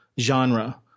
genre